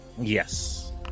Yes